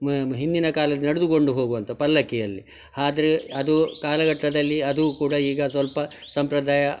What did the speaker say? ಮ ಹಿಂದಿನ ಕಾಲದಂತೆ ನಡೆದುಕೊಂಡು ಹೋಗುವಂಥ ಪಲ್ಲಕ್ಕಿಯಲ್ಲಿ ಆದರೆ ಅದು ಕಾಲಘಟ್ಟದಲ್ಲಿ ಅದು ಕೂಡ ಈಗ ಸ್ವಲ್ಪ ಸಂಪ್ರದಾಯ